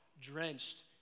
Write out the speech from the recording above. drenched